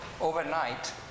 overnight